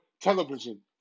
television